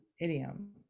idiom